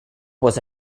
was